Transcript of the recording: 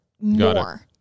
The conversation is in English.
more